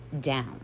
down